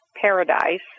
paradise